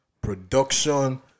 production